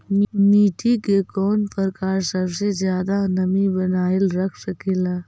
मिट्टी के कौन प्रकार सबसे जादा नमी बनाएल रख सकेला?